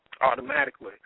automatically